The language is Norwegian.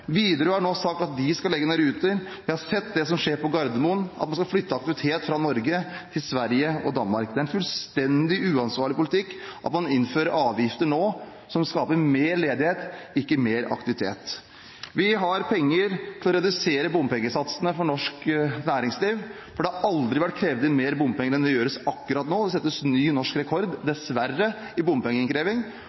Widerøe har nå sagt at de skal legge ned ruter. Vi har sett det som skjer på Gardermoen, at man skal flytte aktivitet fra Norge til Sverige og Danmark. Det er en fullstendig uansvarlig politikk å innføre avgifter nå som skaper mer ledighet, ikke mer aktivitet. Vi har penger til å redusere bompengesatsene for norsk næringsliv. Det har aldri vært krevd inn mer bompenger enn det gjøres akkurat nå. Det settes ny norsk rekord – dessverre – i bompengeinnkreving.